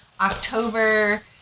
October